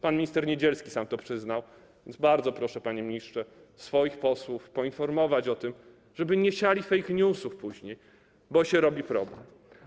Pan minister Niedzielski sam to przyznał, więc bardzo proszę, panie ministrze, swoich posłów poinformować o tym, żeby nie siali później fake newsów, bo się robi problem.